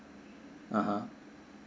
(uh huh)